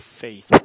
faith